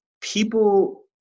people